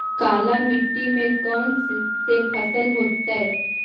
काला मिट्टी में कौन से फसल होतै?